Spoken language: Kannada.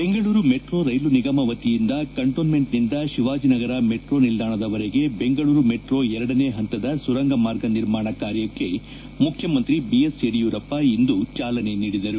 ಬೆಂಗಳೂರು ಮೆಟ್ರೋ ರೈಲು ನಿಗಮ ವತಿಯಿಂದ ಕಂಟೋನ್ಮೆಂಟ್ ನಿಂದ ಶಿವಾಜನಗರ ಮೆಟ್ರೋ ನಿಲ್ದಾಣದವರೆಗೆ ಬೆಂಗಳೂರು ಮೆಟ್ರೋ ಎರಡನೇ ಪಂತದ ಸುರಂಗ ಮಾರ್ಗ ನಿರ್ಮಾಣ ಕಾರ್ಯಕ್ಷೆ ಮುಖ್ಯಮಂತ್ರಿ ಬಿಎಸ್ ಯಡಿಯೂರಪ್ಪ ಇಂದು ಚಾಲನೆ ನೀಡಿದರು